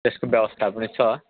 त्यसको व्यवस्था पनि छ